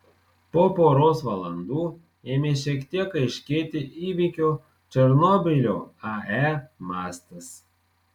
po poros valandų ėmė šiek tiek aiškėti įvykių černobylio ae mastas